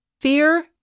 Fear